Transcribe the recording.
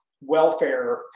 welfare